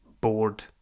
bored